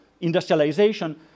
industrialization